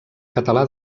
català